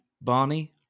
Barney